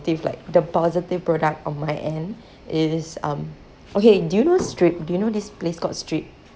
positive like the positive product of my end is um okay do you know strip do you know this place called strip